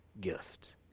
gift